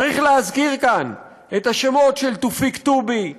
צריך להזכיר כאן את השמות של תופיק טובי,